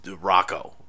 Rocco